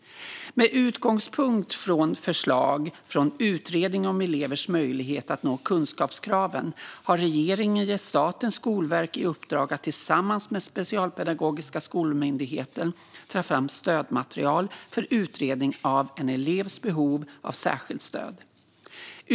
Med utgångspunkt från förslag från Utredningen om elevers möjligheter att nå kunskapskraven har regeringen gett Statens skolverk i uppdrag att tillsammans med Specialpedagogiska skolmyndigheten ta fram stödmaterial för utredning av en elevs behov av särskilt stöd.